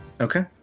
Okay